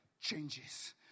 changes